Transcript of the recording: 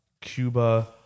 Cuba